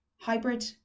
Hybrid